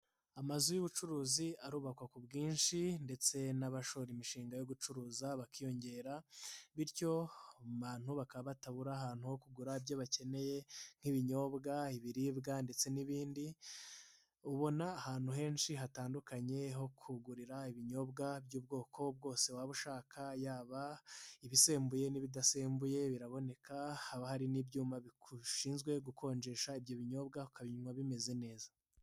Amazu y'ubucuruzi arubakwa ku bwinshi ndetse n'abashora imishinga yo gucuruza bakiyongera bityo abantu bakaba batabura ahantu ho kugura ibyo bakeneye nk'ibinyobwa, ibiribwa ndetse n'ibindi. Ubona ahantu henshi hatandukanye ho kugurira ibinyobwa by'ubwoko bwose waba ushaka, yaba ibisembuye n'ibidasembuye biraboneka, haba hari n'ibyuma bishinzwe gukonjesha ibyo binyobwa ukabinywa bimeze neza.